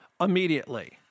immediately